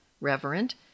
reverent